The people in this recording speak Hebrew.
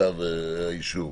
ירים את ידו.